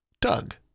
Doug